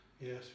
yes